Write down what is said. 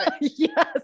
Yes